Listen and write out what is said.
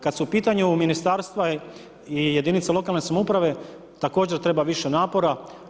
Kada su u pitanju ministarstva i jedinice lokalne samouprave također treba više napora.